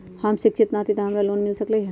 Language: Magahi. हम शिक्षित न हाति तयो हमरा लोन मिल सकलई ह?